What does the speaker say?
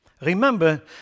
Remember